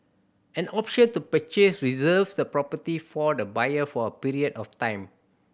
an option to purchase reserves the property for the buyer for a period of time